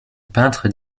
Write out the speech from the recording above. peintre